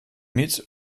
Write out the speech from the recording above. mit